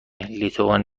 لیتوانی